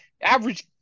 average